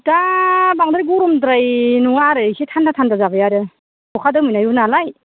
दा बांद्राय गरमद्राय नङा आरो एसे थान्दा थान्दा जाबाय आरो अखा दोमैनायबो नालाय